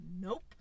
nope